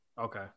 okay